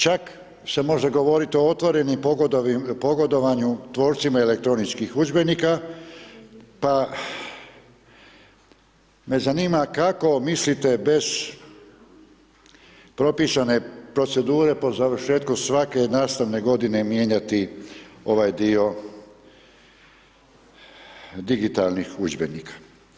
Čak se može govoriti o otvorenom pogodovanju tvorcima elektroničkih udžbenika pa me zanima kako mislite bez propisane procedure po završetku svake nastavne godine mijenjati ovaj dio digitalnih udžbenika.